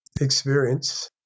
experience